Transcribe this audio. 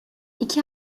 i̇ki